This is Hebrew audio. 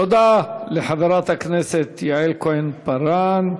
תודה לחברת הכנסת יעל כהן-פארן.